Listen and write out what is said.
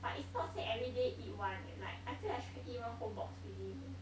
but it's not say everyday eat one eh like I feel like she can eat one whole already